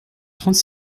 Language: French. trente